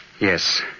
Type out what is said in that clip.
Yes